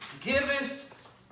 giveth